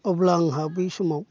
अब्ला आंहा बै समाव